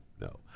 no